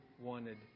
wanted